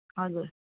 हजुर